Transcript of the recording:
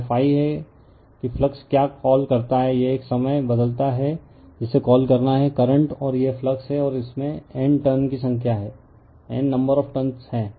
यह ∅ है कि फ्लक्स क्या कॉल करता है यह एक समय बदलता है जिसे कॉल करना है करंट और यह फ्लक्स है और इसमें N नंबर ऑफ़ टर्न है